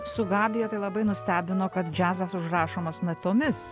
su gabija tai labai nustebino kad džiazas užrašomas natomis